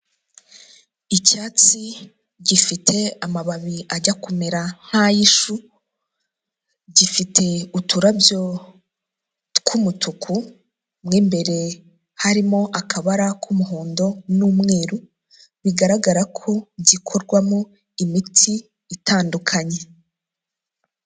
Icyatsi gifite amababi ajya kumera nk'ay'ishu gifite uturabyo tw'umutuku mo imbere harimo akabara k'umuhondo n'umweru bigaragara ko gikorwamo imiti itandukanye.